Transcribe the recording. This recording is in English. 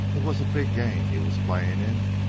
it was a big game he was playing in,